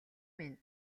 минь